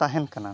ᱛᱟᱦᱮᱱ ᱠᱟᱱᱟ